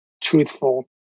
truthful